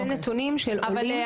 אלה נתונים --- כלומר,